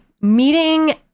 meeting